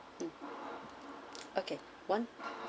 mm okay one